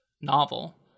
novel